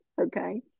okay